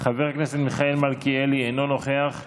חבר הכנסת מיכאל מלכיאלי, אינו נוכח.